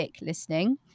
listening